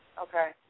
Okay